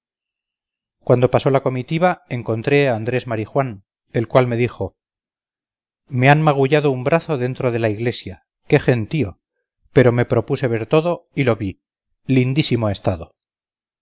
cuando pasó la comitiva encontré a andrés marijuán el cual me dijo me han magullado un brazo dentro de la iglesia qué gentío pero me propuse ver todo y lo vi lindísimo ha estado